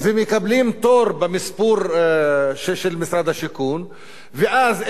ומקבלים תור במספור של משרד השיכון ואז,